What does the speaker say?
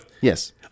Yes